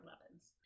weapons